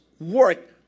work